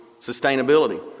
sustainability